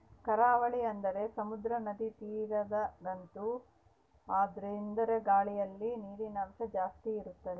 ಕರಾವಳಿ ಅಂದರೆ ಸಮುದ್ರ, ನದಿ ತೀರದಗಂತೂ ಆರ್ದ್ರತೆಯೆಂದರೆ ಗಾಳಿಯಲ್ಲಿ ನೀರಿನಂಶ ಜಾಸ್ತಿ ಇರುತ್ತದೆ